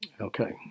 Okay